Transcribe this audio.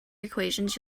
equations